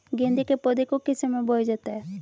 गेंदे के पौधे को किस समय बोया जाता है?